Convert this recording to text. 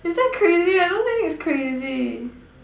is that crazy I don't think it's crazy